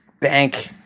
bank